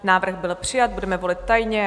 Návrh byl přijat, budeme volit tajně.